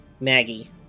Maggie